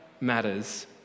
matters